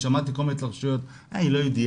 שמעתי כל מיני התלחשויות - היא לא יהודייה,